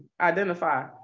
identify